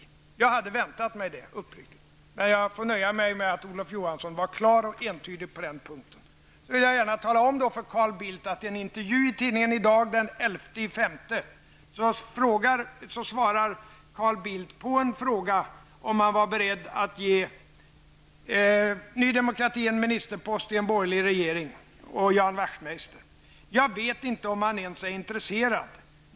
Uppriktigt sagt hade jag förväntat mig det, men jag får väl nöja mig med att Olof Johansson var klar och entydlig på den punkten. Så vill jag gärna tala om att Carl Bildt i en intervju i tidningen i Dag den 11 maj svarade på frågan om han var beredd att ge Ian Wachtmeister och Ny demokrati en ministerpost i en borgerlig regering: ''Jag vet inte om han ens är intresserad.